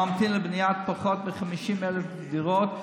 הממתין לבניית פחות מ-50,000 דירות,